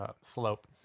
slope